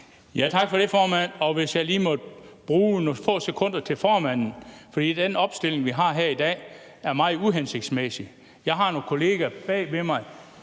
Tak for det, formand, og hvis jeg lige må bruge nogle få sekunder til formanden, vil jeg sige, at den opstilling, vi har her i dag, er meget uhensigtsmæssig. Jeg har nogle kollegaer bag ved mig,